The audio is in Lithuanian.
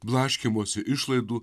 blaškymosi išlaidų